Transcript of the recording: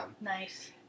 Nice